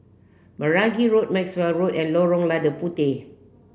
Meragi Road Maxwell Road and Lorong Lada Puteh